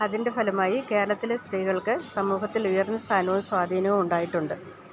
അതിന്റെ ഫലമായി കേരളത്തിലെ സ്ത്രീകൾക്ക് സമൂഹത്തിൽ ഉയർന്ന സ്ഥാനവും സ്വാധീവും ഉണ്ടായിട്ടുണ്ട്